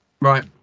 Right